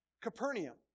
Capernaum